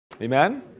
Amen